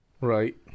Right